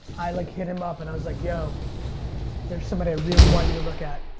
i like hit him up and i was like yo there's somebody i really want you to look at.